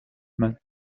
عمه